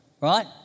Right